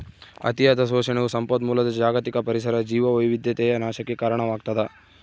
ಅತಿಯಾದ ಶೋಷಣೆಯು ಸಂಪನ್ಮೂಲದ ಜಾಗತಿಕ ಪರಿಸರ ಜೀವವೈವಿಧ್ಯತೆಯ ನಾಶಕ್ಕೆ ಕಾರಣವಾಗ್ತದ